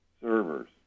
servers